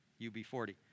UB40